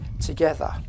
together